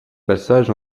passage